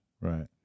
Right